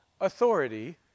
authority